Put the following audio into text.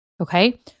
okay